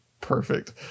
Perfect